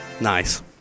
Nice